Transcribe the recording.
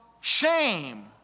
shame